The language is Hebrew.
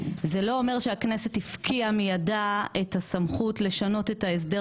זה לא אומר שהכנסת הפקיעה מידה את הסמכות לשנות את ההסדר